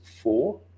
four